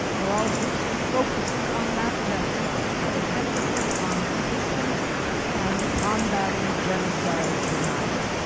maral's research focuses on that genocide with an emphasis on resistance and combating genocide denial.